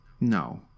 No